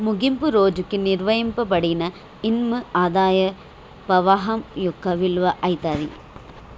ముగింపు రోజుకి నిర్ణయింపబడిన ఇన్కమ్ ఆదాయ పవాహం యొక్క విలువ అయితాది